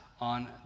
on